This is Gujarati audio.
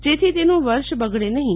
જેથી તેનું વર્ષ બગડે નહીં